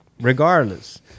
regardless